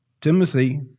Timothy